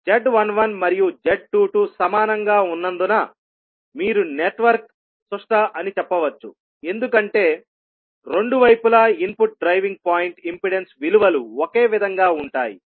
z11 మరియు z22 సమానంగా ఉన్నందున మీరు నెట్వర్క్ సుష్ట అని చెప్పవచ్చు ఎందుకంటే రెండు వైపులా ఇన్పుట్ డ్రైవింగ్ పాయింట్ ఇంపెడెన్స్ విలువలు ఒకే విధంగా ఉంటాయి